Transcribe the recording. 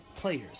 players